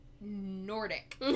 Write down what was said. Nordic